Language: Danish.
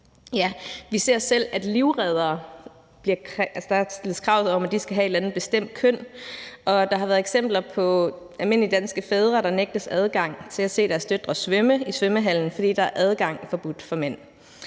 Vi ser, at selv til livreddere stilles der krav om, at de skal have et bestemt køn, og der har været eksempler på almindelige danske fædre, der nægtes adgang til at se deres døtre svømme i svømmehallen, fordi der er adgang forbudt for mænd.